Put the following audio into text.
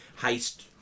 heist